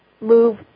move